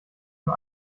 nur